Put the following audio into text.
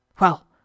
Well